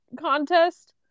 contest